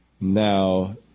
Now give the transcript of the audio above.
Now